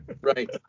right